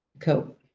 cope.